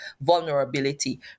vulnerability